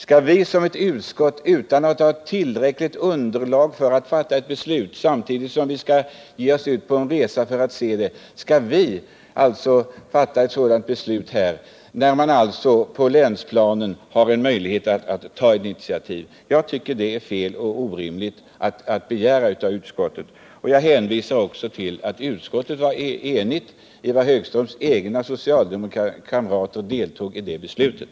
Skall vi som ett utskott, utan att ha tillräckligt beslutsunderlag, ge oss ut på en resa för att studera förhållandena och fatta beslut, när man på länsplanet har möjlighet att ta initiativ? Jag tycker att det är fel och orimligt att begära detta av utskottet. Jag hänvisar också till att utskottet var enigt. Även Ivar Högströms socialdemokratiska kamrater deltog alltså i beslutet.